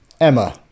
Emma